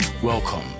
Welcome